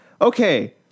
Okay